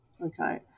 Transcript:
Okay